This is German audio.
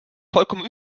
vollkommen